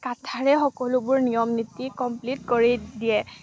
কাথাৰে সকলোবোৰ নিয়ম নীতি কমপ্লিট কৰি দিয়ে